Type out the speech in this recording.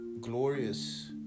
glorious